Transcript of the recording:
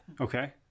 okay